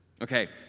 Okay